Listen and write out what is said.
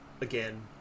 again